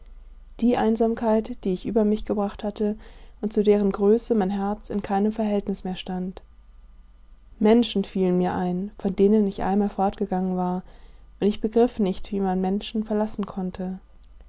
die einsamkeit die ich über mich gebracht hatte und zu deren größe mein herz in keinem verhältnis mehr stand menschen fielen mir ein von denen ich einmal fortgegangen war und ich begriff nicht wie man menschen verlassen konnte